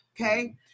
okay